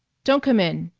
don't come in,